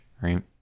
right